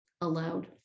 aloud